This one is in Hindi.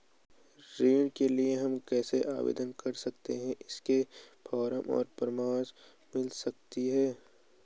ऋण के लिए हम कैसे आवेदन कर सकते हैं इसके फॉर्म और परामर्श मिल सकती है?